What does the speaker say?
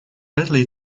badly